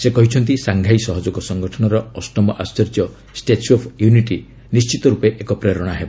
ସେ କହିଛନ୍ତି ସାଙ୍ଘାଇ ସହଯୋଗ ସଙ୍ଗଠନର ଅଷ୍ଟମ ଆର୍ଷର୍ଯ୍ୟ ଷ୍ଟାଚ୍ୟ ଅଫ୍ ୟୁନିଟ୍ ନିଣ୍ଚିତ ରୂପେ ଏକ ପ୍ରେରଣା ହେବ